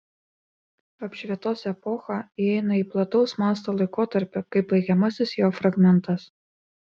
apšvietos epocha įeina į plataus masto laikotarpį kaip baigiamasis jo fragmentas